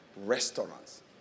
restaurants